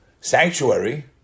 sanctuary